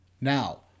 Now